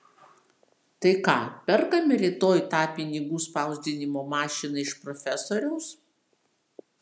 tai ką perkame rytoj tą pinigų spausdinimo mašiną iš profesoriaus